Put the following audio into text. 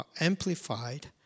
amplified